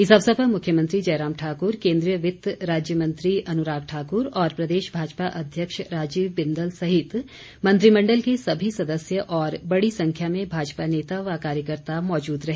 इस अवसर पर मुख्यमंत्री जयराम ठाकुर केंद्रीय वित्त राज्य मंत्री अनुराग ठाकुर और प्रदेश भाजपा अध्यक्ष राजीव बिंदल सहित मंत्रिमंडल के सभी सदस्य और बड़ी संख्या में भाजपा नेता व कार्यकर्त्ता मौजूद रहे